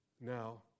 Now